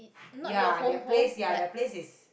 ya that place ya that place is